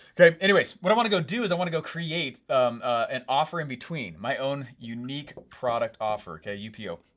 okay, anyways, what i wanna go do is i wanna go create an offer in-between, my own unique product offer, okay, yeah upo,